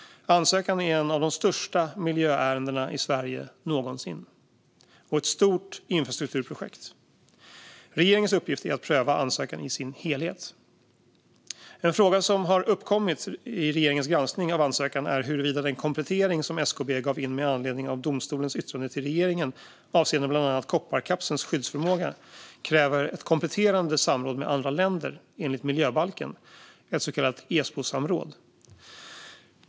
Ansökan är ett av de största miljöärendena i Sverige någonsin och ett stort infrastrukturprojekt. Regeringens uppgift är att pröva ansökan i dess helhet. En fråga som har uppkommit i regeringens granskning av ansökan är huruvida den komplettering som SKB gav in med anledning av domstolens yttrande till regeringen avseende bland annat kopparkapselns skyddsförmåga kräver ett kompletterande samråd med andra länder enligt miljöbalken, ett så kallat Esbosamråd.